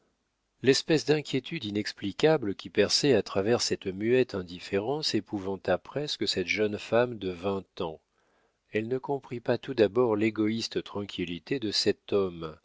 l'espèce d'inquiétude inexplicable qui perçait à travers cette muette indifférence épouvanta presque cette jeune femme de vingt ans elle ne comprit pas tout d'abord l'égoïste tranquillité de cet homme